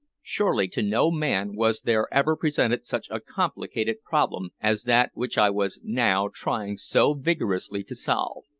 surely to no man was there ever presented such a complicated problem as that which i was now trying so vigorously to solve.